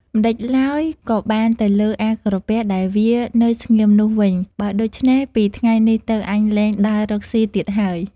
ម្តេចឡើយក៏បានទៅលើអាក្រពះ ដែលវានៅស្ងៀមនោះ វិញ បើដូច្នេះពីថ្ងៃនេះទៅ អញលែងដើររកស៊ីទៀតហើយ។